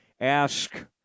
ask